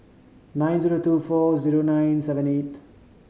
nine zero two four zero nine seven eight